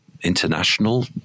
international